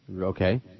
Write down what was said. Okay